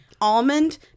almond